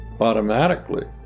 automatically